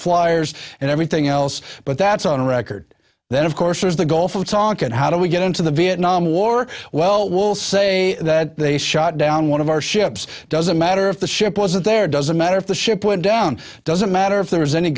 flyers and everything else but that's on record then of course there's the gulf of tonkin how do we get into the vietnam war well will say that they shot down one of our ships doesn't matter if the ship wasn't there doesn't matter if the ship went down doesn't matter if there is any